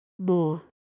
More